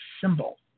symbol